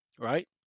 right